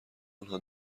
آنها